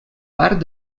part